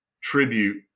tribute